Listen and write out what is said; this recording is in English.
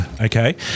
Okay